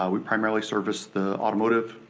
um we primarily service the automotive,